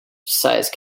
size